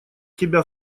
тебя